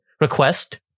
Request